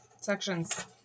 Sections